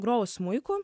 grojau smuiku